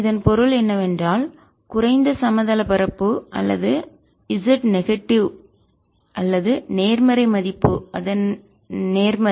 இதன் பொருள் என்னவென்றால் குறைந்த சமதள பரப்பு தட்டையான பரப்பு அல்லது z நெகட்டிவ் எதிர்மறைமதிப்பு அல்லது நேர்மறை மதிப்பு அதன் நேர்மறை